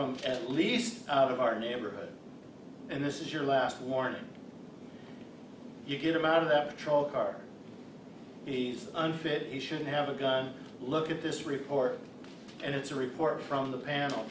on at least out of our neighborhood and this is your last warning you get him out of that patrol car he's unfit he shouldn't have a gun look at this report and it's a report from the panel